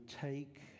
take